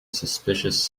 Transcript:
suspicious